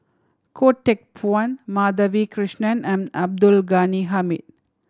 Goh Teck Phuan Madhavi Krishnan and Abdul Ghani Hamid